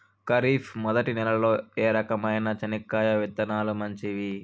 ఖరీఫ్ మొదటి నెల లో ఏ రకమైన చెనక్కాయ విత్తనాలు మంచివి